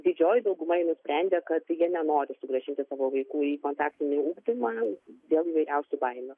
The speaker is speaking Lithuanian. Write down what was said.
didžioji dauguma nusprendė kad jie nenori sugrąžinti savo vaikų į kontaktinį ugdymą dėl įvairiausių baimių